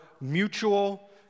mutual